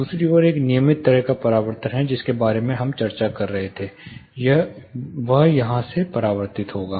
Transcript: दूसरी ओर एक नियमित तरह का परावर्तन जिसके बारे में हम बात कर रहे थे वह यहाँ से परावर्तित होगा